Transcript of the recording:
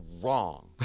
wrong